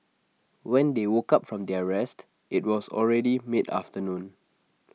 when they woke up from their rest IT was already mid afternoon